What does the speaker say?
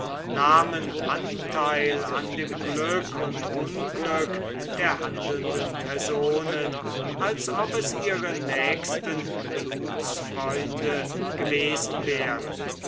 nahmen anteil an dem glück und unglück der handelnden personen als ob es ihre nächsten blutsfreunde gewesen wären